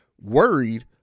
worried